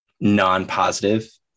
non-positive